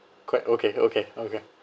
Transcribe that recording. correct okay okay okay